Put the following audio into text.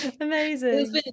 amazing